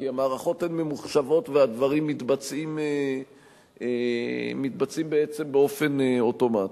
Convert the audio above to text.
כי המערכות הן ממוחשבות והדברים מתבצעים בעצם באופן אוטומטי.